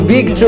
Big